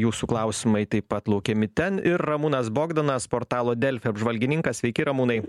jūsų klausimai taip pat laukiami ten ir ramūnas bogdanas portalo delfi apžvalgininkas sveiki ramūnai